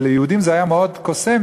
וליהודים זה מאוד קסם,